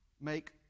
make